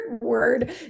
word